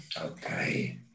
Okay